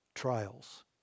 Trials